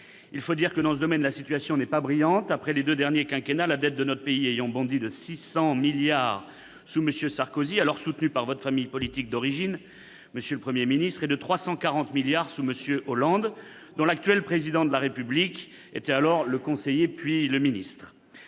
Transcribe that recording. Il faut dire que, dans ce domaine, la situation n'est pas brillante, après les deux derniers quinquennats, la dette de notre pays ayant bondi de 600 milliards d'euros sous M. Sarkozy, alors soutenu par votre famille politique d'origine, monsieur le Premier ministre, et de 340 milliards d'euros sous M. Hollande, dont l'actuel Président de la République a été le conseiller puis le ministre.